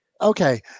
Okay